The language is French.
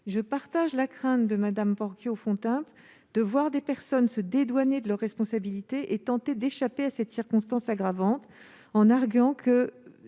je partage la crainte de l'auteur de l'amendement de voir des personnes se dédouaner de leur responsabilité et tenter d'échapper à cette circonstance aggravante en arguant de